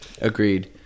Agreed